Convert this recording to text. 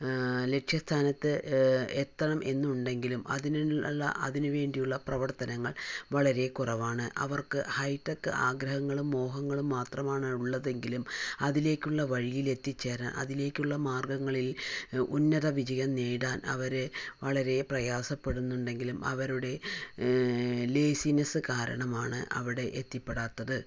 ലക്ഷ്യസ്ഥാനത്ത് എത്തണം എന്നുണ്ടെങ്കിലും അതിനുള്ള അതിനു വേണ്ടിയുള്ള പ്രവർത്തനങ്ങൾ വളരെ കുറവാണ് അവർക്ക് ഹൈടെക്ക് ആഗ്രഹങ്ങളും മോഹങ്ങളും മാത്രമാണ് ഉള്ളതെങ്കിലും അതിലേക്കുള്ള വഴിയിൽ എത്തിച്ചേരാൻ അതിലേക്കുള്ള മാർഗ്ഗങ്ങളിൽ ഉന്നത വിജയം നേടാൻ അവര് വളരെ പ്രയാസപ്പെടുന്നുണ്ടെങ്കിലും അവരുടെ ലേസിനസ് കാരണമാണ് അവിടെ എത്തിപ്പെടാത്തത്